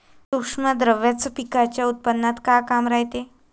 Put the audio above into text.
सूक्ष्म द्रव्याचं पिकाच्या उत्पन्नात का काम रायते?